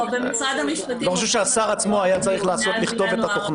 לא חושב שהשר עצמו היה צריך לכתוב את התוכנה.